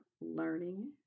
learning